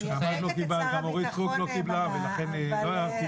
גם אורית סטרוק לא קיבלה ולכן לא הערתי